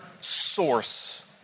source